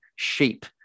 sheep